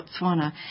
Botswana